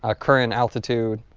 ah current altitude,